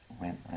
Went